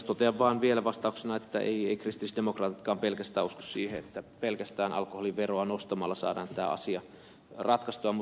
totean vaan vielä vastauksena että eivät kristillisdemokraatitkaan usko siihen että pelkästään alkoholiveroa nostamalla saadaan tämä asia ratkaistua